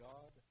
God